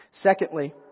Secondly